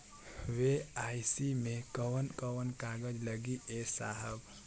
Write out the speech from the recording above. KYC मे कवन कवन कागज लगी ए साहब?